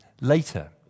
later